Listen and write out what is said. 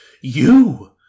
You